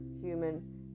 human